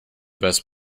best